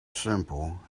simple